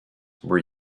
were